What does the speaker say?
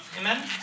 amen